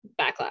backlash